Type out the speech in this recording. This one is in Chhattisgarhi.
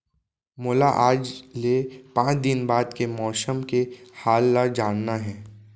मोला आज ले पाँच दिन बाद के मौसम के हाल ल जानना हे?